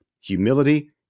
humility